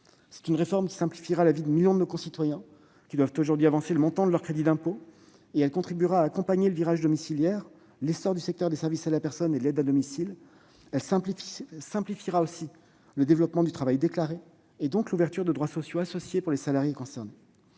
Cette réforme simplifiera la vie de millions de nos concitoyens qui doivent aujourd'hui avancer le montant de leur crédit d'impôt. Elle contribuera à accompagner le virage domiciliaire et l'essor du secteur des services à la personne et de l'aide à domicile. Elle simplifiera le développement du travail déclaré et favorisera ainsi l'ouverture des droits sociaux associés aux salariés concernés.